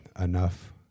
enough